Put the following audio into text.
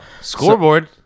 scoreboard